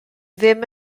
ddim